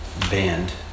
band